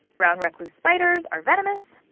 brown recluse spiders are venomous.